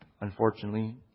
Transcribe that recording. unfortunately